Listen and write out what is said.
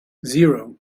zero